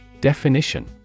Definition